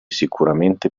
sicuramente